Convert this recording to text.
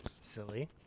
silly